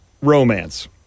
Romance